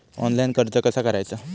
Online कर्ज कसा करायचा?